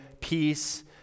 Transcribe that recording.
peace